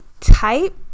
type